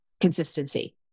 consistency